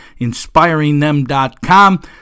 inspiringthem.com